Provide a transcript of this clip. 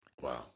Wow